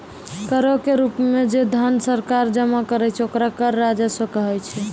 करो के रूपो मे जे धन सरकारें जमा करै छै ओकरा कर राजस्व कहै छै